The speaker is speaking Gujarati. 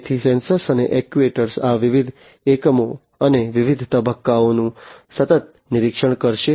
તેથી સેન્સર અને એક્ટ્યુએટર્સ આ વિવિધ એકમો અને વિવિધ તબક્કાઓનું સતત નિરીક્ષણ કરશે